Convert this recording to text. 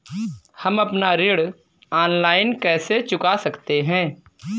हम अपना ऋण ऑनलाइन कैसे चुका सकते हैं?